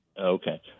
Okay